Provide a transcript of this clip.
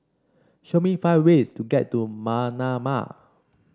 show me five ways to get to Manama